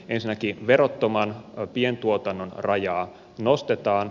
ensinnäkin verottoman pientuotannon rajaa nostetaan